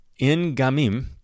Ingamim